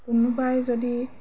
কোনোবাই যদি